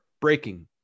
breaking